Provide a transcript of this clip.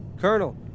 Colonel